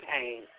pain